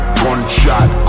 gunshot